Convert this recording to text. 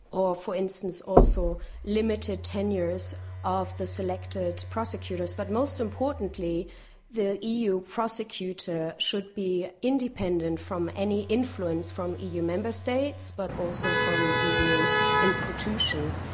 or for instance also limited tenures of the selected prosecutors. but most importantly the eu prosecutor should be independent from any influence from eu member states but also from eu institutions.